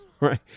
right